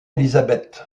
elizabeth